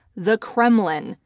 the kremlin,